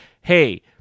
hey